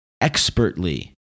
expertly